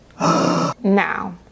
Now